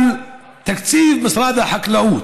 תקציב משרד החקלאות,